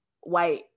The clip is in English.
white